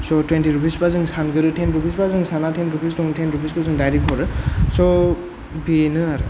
स' twenty rupees बा जोङो सानगोरो टेन रुपिस बा जों साना टेन रुपिस दं टेन रुपिस खौ जों डायरेक्ट हरो स' बेनो आरो